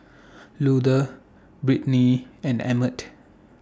Luther Brittnee and Emett